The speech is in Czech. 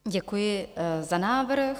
Děkuji za návrh.